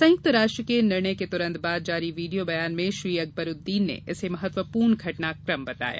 संयुक्त राष्ट्र के निर्णय के तुरंत बाद जारी वीडियो बयान में श्री अकबरूद्दीन ने इसे महत्वपूर्ण घटनाक्रम बताया